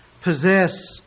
possess